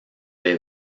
les